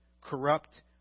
corrupt